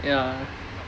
ya